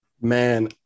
man